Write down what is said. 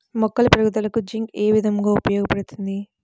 మొక్కల పెరుగుదలకు జింక్ ఏ విధముగా ఉపయోగపడుతుంది?